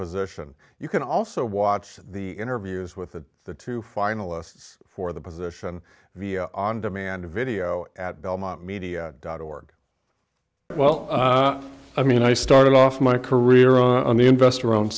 position you can also watch the interviews with the the two finalists for the position via on demand video at belmont media dot org well i mean i started off my career on the invest